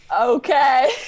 Okay